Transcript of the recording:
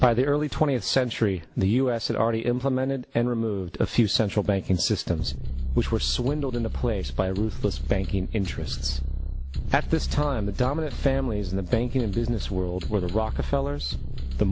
by the early twentieth century the us had already implemented and removed a few central banking systems which were swindled into place by ruthless banking interests at this time the dominant families in the banking and business world where the rockefeller's the